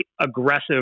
aggressive